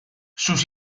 sus